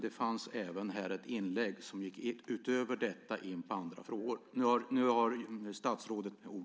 Det fanns ett inlägg som gick utöver detta in på andra frågor.